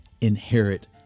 inherit